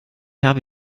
habe